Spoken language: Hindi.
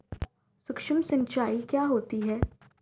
सुक्ष्म सिंचाई क्या होती है?